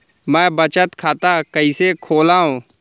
मै बचत खाता कईसे खोलव?